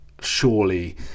surely